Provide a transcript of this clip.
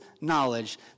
knowledge